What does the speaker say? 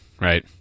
right